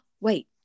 wait